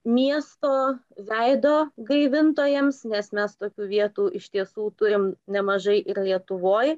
miesto veido gaivintojams nes mes tokių vietų iš tiesų turim nemažai ir lietuvoje